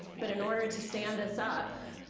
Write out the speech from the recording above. but in order to stand this up,